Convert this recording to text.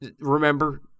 remember